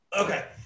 okay